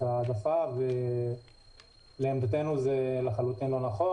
ההעדפה, לעמדתנו זה לחלוטין לא נכון.